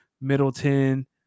Middleton